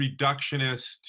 reductionist